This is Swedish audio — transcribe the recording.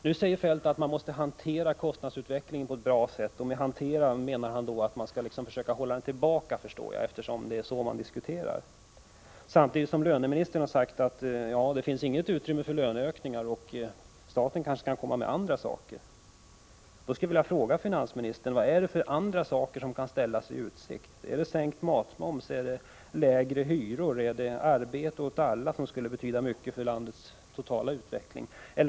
Nu säger Kjell-Olof Feldt att man måste hantera kostnadsutvecklingen på ett bra sätt. Med ”hantera” menar han att man skall försöka hålla kostnadsutvecklingen tillbaka, förstår jag, eftersom det är så man diskuterar. Samtidigt har löneministern sagt att det inte finns något utrymme för löneökningar och att staten kanske kan komma med andra saker. Jag skulle vilja fråga finansministern: Vad är det för andra saker som kan ställas i utsikt? Är det sänkt matmoms, lägre hyror eller arbete åt alla, vilket skulle betyda mycket för landets totala utveckling?